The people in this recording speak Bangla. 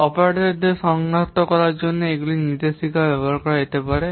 অপারেটরদের সনাক্ত করার জন্য এগুলি নির্দেশিকাগুলি ব্যবহার করা যেতে পারে